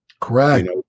Correct